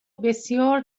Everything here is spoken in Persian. بسیار